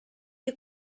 che